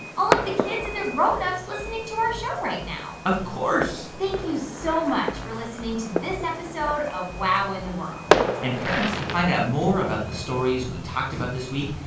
all of the kids and their grown-ups listening to our show right now of course thank you so much for listening to this episode of wow in the world and parents, to find out more about the stories we talked about this week,